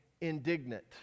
indignant